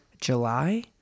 July